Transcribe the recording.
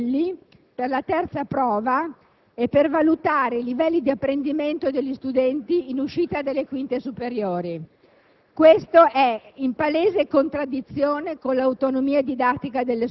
vi è la riesumazione dell'INVALSI per disporre modelli per la terza prova e per valutare i livelli di apprendimento degli studenti in uscita dalle quinte superiori.